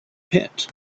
pit